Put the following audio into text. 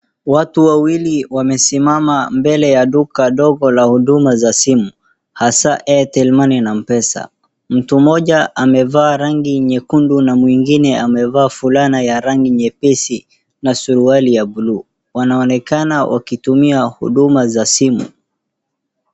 Watu wawili wamesimama mbele ya duka ndogo la huduma za simu, haswa Airtel money na Mpesa, mtu mmoja amevaa rangi nyekundu na mwingine amevaa fulana ya rangi nyepesi na suruali ya buluu. Wanaonekana wakitumia huduma za simu.